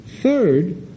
Third